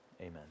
amen